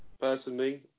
personally